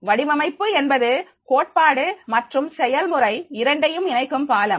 வடிவமைப்பு என்பது கோட்பாடு மற்றும் செயல்முறை இரண்டையும் இணைக்கும் பாலம்